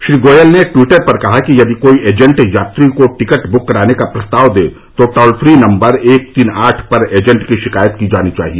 श्री गोयल ने ट्वीटर पर कहा कि यदि कोई एजेंट यात्री को टिकट बुक कराने का प्रस्ताव दे तो टोल फ्री नंबर एक तीन आठ पर एजेंट की शिकायत की जानी चाहिए